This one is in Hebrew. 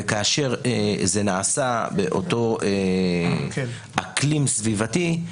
וכאשר זה נעשה באותו אקלים סביבתי,